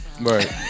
Right